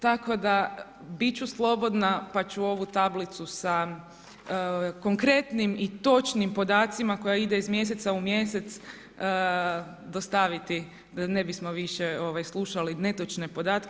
Tako da, bit ću slobodna pa ću ovu tablicu sa konkretnim i točnim podacima koja ide iz mjeseca u mjesec dostaviti, ne bismo više slušali netočne podatke.